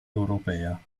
europea